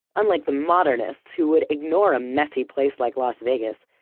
unlike the modernists who would ignore a messy place like las vegas,